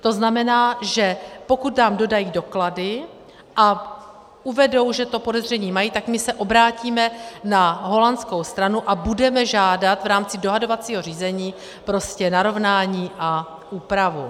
To znamená, že pokud nám dodají doklady a uvedou, že to podezření mají, tak my se obrátíme na holandskou stranu a budeme žádat v rámci dohadovacího řízení narovnání a úpravu.